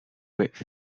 width